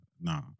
Nah